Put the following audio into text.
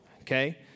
okay